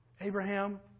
abraham